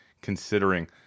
considering